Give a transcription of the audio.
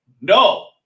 No